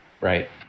right